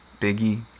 Biggie